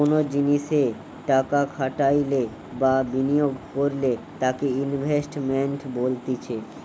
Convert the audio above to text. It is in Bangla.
কোনো জিনিসে টাকা খাটাইলে বা বিনিয়োগ করলে তাকে ইনভেস্টমেন্ট বলতিছে